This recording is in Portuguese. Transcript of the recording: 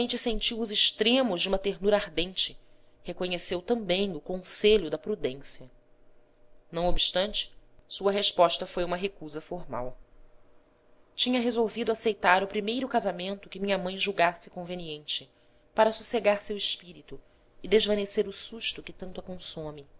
os extremos de uma ternura ardente reconheceu também o conselho da prudência não obstante sua resposta foi uma recusa formal tinha resolvido aceitar o primeiro casamento que minha mãe julgasse conveniente para sossegar seu espírito e desvanecer o susto que tanto a consome